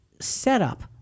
setup